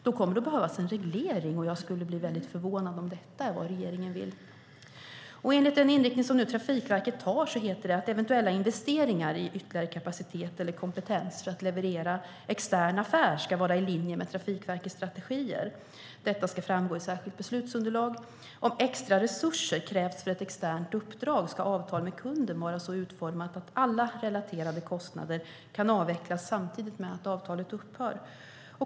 Då kommer det att behövas en reglering, och jag skulle bli väldigt förvånad om detta är vad regeringen vill. Enligt den inriktning som Trafikverket nu har heter det att eventuella investeringar i ytterligare kapacitet eller kompetens för att leverera extern affär ska vara i linje med Trafikverkets strategier. Detta ska framgå i särskilt beslutsunderlag. Om extra resurser krävs för ett externt uppdrag ska avtalet med kunden vara så utformat att alla relaterade kostnader kan avvecklas i samband med att avtalet upphör.